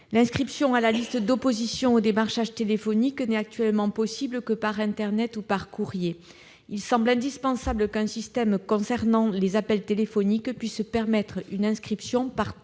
L'inscription sur la liste d'opposition au démarchage téléphonique n'est actuellement possible que par internet ou par courrier. Il semble indispensable qu'un système concernant les appels téléphoniques permette une inscription par téléphone